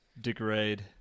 degrade